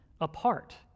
apart